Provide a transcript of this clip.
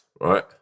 right